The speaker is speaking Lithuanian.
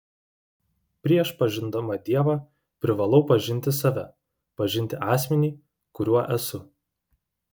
prieš pažindama dievą privalau pažinti save pažinti asmenį kuriuo esu